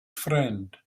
friend